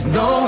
no